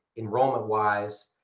enrollment-wise,